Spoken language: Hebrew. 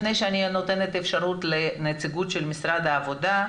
לפני שאני נותנת אפשרות לנציגות של משרד העבודה,